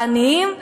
לעניים?